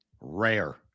rare